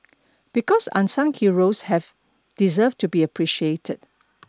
because unsung heroes have deserve to be appreciated